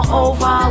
over